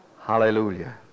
Hallelujah